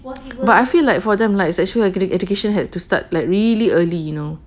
but I feel like for them like sexual edu~ education had to start like really early you know